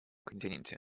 континенте